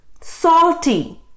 Salty